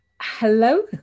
hello